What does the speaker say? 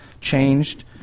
changed